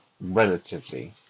relatively